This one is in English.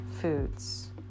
foods